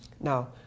Now